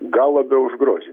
gal labiau už grožinę